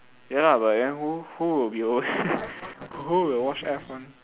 ya lah but then who who will be over there who will watch F one